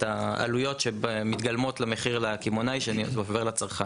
העלויות שמתגלמות למחיר לקמעונאי שעובר לצרכן.